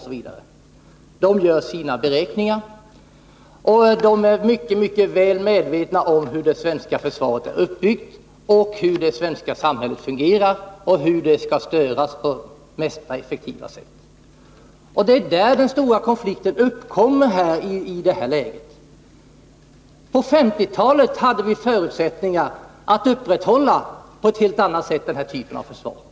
De gör sina beräkningar. De är mycket väl medvetna om hur det svenska försvaret är uppbyggt, hur det svenska samhället fungerar och hur det skall störas på det mest effektiva sättet. Det är där den stora konflikten uppkommer. På 1950-talet hade vi förutsättningar att på ett helt annat sätt upprätthålla den här typen av försvar.